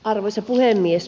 arvoisa puhemies